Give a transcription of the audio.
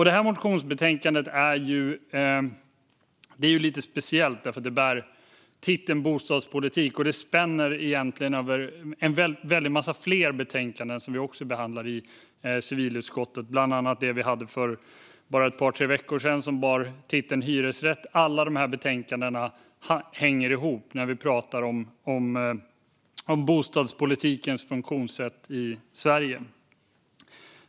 Detta motionsbetänkande är lite speciellt eftersom det har titeln Bo stadspolitik och det egentligen spänner över en väldig massa fler betänkanden från civilutskottet, bland annat betänkandet med titeln Hyresrätt , som vi behandlade här för bara ett par tre veckor sedan. Alla dessa betänkanden hänger ihop när vi pratar om bostadspolitikens funktionssätt i Sverige.